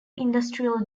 industrial